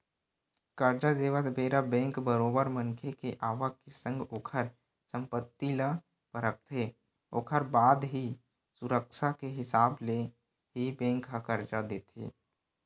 करजा देवत बेरा बेंक बरोबर मनखे के आवक के संग ओखर संपत्ति ल परखथे ओखर बाद ही सुरक्छा के हिसाब ले ही बेंक ह करजा देथे